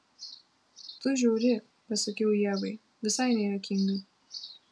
tu žiauri pasakiau ievai visai nejuokinga